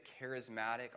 charismatic